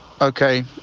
Okay